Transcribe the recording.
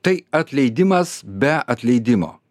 tai atleidimas be atleidimo